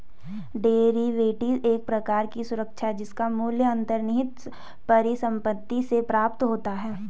derivatives एक प्रकार की सुरक्षा है जिसका मूल्य अंतर्निहित परिसंपत्ति से प्राप्त होता है